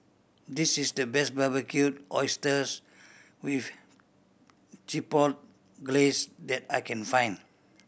this is the best Barbecued Oysters with Chipotle Glaze that I can find